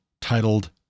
titled